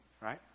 right